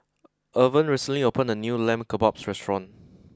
Irven recently opened a new Lamb Kebabs restaurant